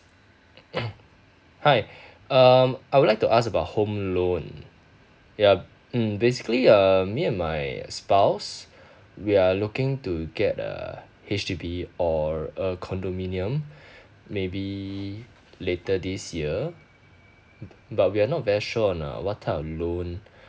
hi um I would like to ask about home loan yeah mm basically uh me and my spouse we are looking to get a H_D_B or a condominium maybe we later this year but we're not very sure on uh what type of loan